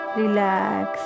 relax